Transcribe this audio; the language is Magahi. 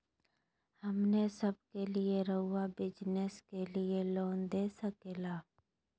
हमने सब के लिए रहुआ बिजनेस के लिए लोन दे सके ला?